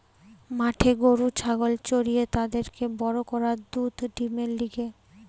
মাঠে গরু ছাগল চরিয়ে তাদেরকে বড় করা দুধ ডিমের লিগে